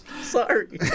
Sorry